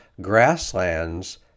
Grasslands